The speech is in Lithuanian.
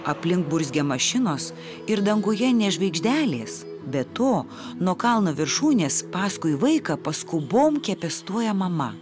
aplink burzgia mašinos ir danguje nė žvaigždelės be to nuo kalno viršūnės paskui vaiką paskubom kepestuoja mama